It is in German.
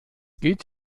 geht